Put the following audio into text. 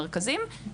מרכזים,